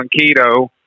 keto